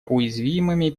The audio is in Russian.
уязвимыми